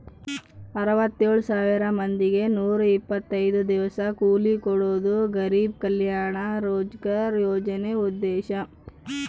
ಅರವತ್ತೆಳ್ ಸಾವಿರ ಮಂದಿಗೆ ನೂರ ಇಪ್ಪತ್ತೈದು ದಿವಸ ಕೂಲಿ ಕೊಡೋದು ಗರಿಬ್ ಕಲ್ಯಾಣ ರೋಜ್ಗರ್ ಯೋಜನೆ ಉದ್ದೇಶ